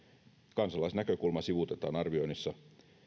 kansalaisnäkökulma sivuutetaan arvioinnissa